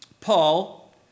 Paul